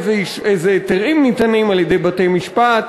איזה היתרים ניתנים על-ידי בתי-משפט,